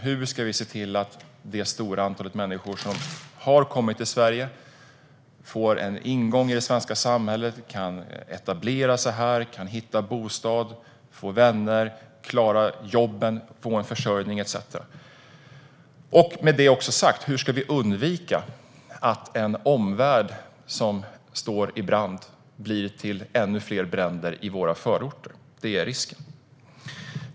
Hur ska vi se till att det stora antalet människor som har kommit till Sverige får en ingång i det svenska samhället, kan etablera sig här, kan hitta bostad, få vänner, klara jobben och få en försörjning? Med detta sagt; hur ska vi undvika att en omvärld som står i brand blir till ännu fler bränder i våra förorter? Det är risken.